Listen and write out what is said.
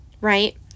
right